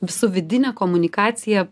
su vidine komunikacija